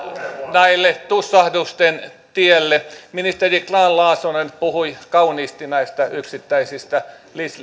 tälle tussahdusten tielle ministeri grahn laasonen puhui kauniisti näistä yksittäisistä